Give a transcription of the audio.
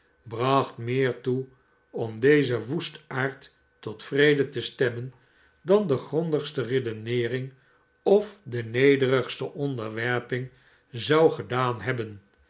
bracht meer toe om dezen woestaard tot vrede te stemmen dan de grondigste redeneering of de nederigste onderwerping zou gedaan hebben